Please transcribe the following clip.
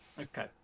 Okay